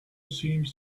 seems